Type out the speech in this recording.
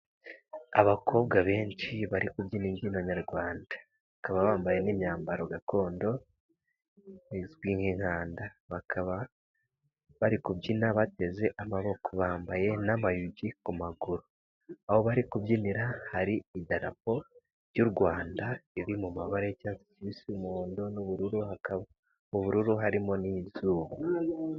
Abakobwa benshi bari kubyina imbyino Nyarwanda bakaba bambaye n'imyambaro gakondo izwi nk'inkanda, bakaba bari kubyina bateze amaboko bambaye n'amayugi ku maguru. Aho bari kubyinira hari idarapo ry'u Rwanda riri mu mabara y'icyatsi kibisi, umuhondo n'ubururu hakaba mu bururu harimo n'izuba.